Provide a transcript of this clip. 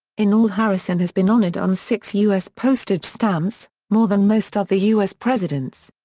in all harrison has been honored on six u s. postage stamps, more than most other u s. presidents.